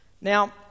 Now